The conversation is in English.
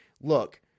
look